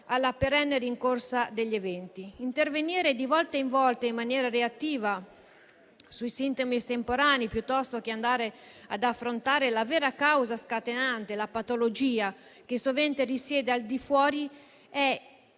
alla perenne rincorsa degli eventi. Intervenire di volta in volta in maniera reattiva sui sintomi estemporanei, piuttosto che andare ad affrontare la vera causa scatenante la patologia che sovente risiede al di fuori, è